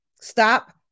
Stop